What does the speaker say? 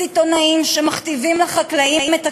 סיטונאים מכתיבים לחקלאים את הכללים,